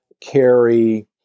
carry